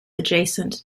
adjacent